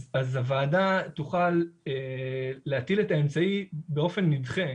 אז הוועדה תוכל להטיל את האמצעי באופן נדחה.